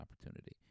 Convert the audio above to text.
opportunity